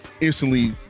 instantly